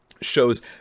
shows